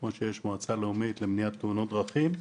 כמו שיש מועצה לאומית למניעת תאונות דרכים,